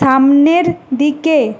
সামনের দিকে